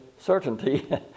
certainty